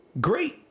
Great